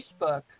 Facebook